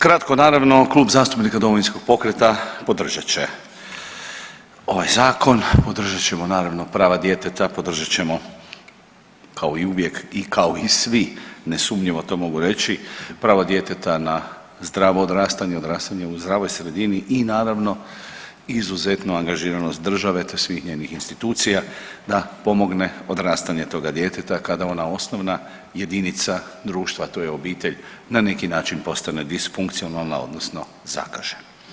Kratko, naravno, Klub zastupnika Domovinskog pokreta podržat će ovaj Zakon, podržat ćemo naravno, prava djeteta, podržat ćemo kao i uvijek i kao i svi, nesumnjivo to mogu reći, pravo djeteta na zdravo odrastanje, odrastanje u zdravoj sredini i naravno, izuzetnu angažiranost države te svih njenih institucija da pomogne odrastanje toga djeteta kada ona osnovna jedinica društva, to je obitelj, na neki način postane disfunkcionalna, odnosno zakaže.